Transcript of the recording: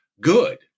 good